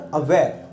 aware